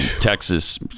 Texas